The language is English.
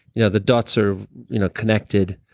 you know the dots are you know connected,